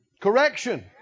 Correction